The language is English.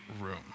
room